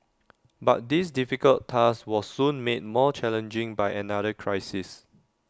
but this difficult task was soon made more challenging by another crisis